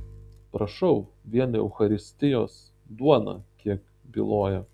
prašau vien eucharistijos duona kiek byloja